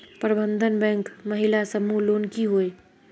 प्रबंधन बैंक महिला समूह लोन की होय?